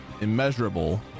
immeasurable